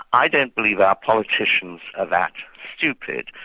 i don't believe our politicians are that stupid,